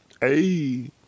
Hey